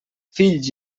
fills